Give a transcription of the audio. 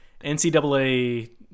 NCAA